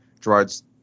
Gerard's